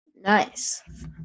Nice